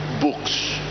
books